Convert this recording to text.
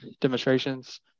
demonstrations